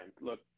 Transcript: Look